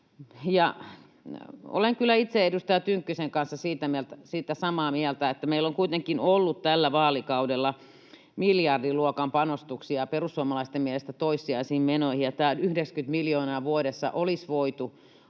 Olen kyllä itse edustaja Tynkkysen kanssa siitä samaa mieltä, että meillä on kuitenkin ollut tällä vaalikaudella miljardiluokan panostuksia perussuomalaisten mielestä toissijaisiin menoihin. Tämä 90 miljoonaa vuodessa olisi voitu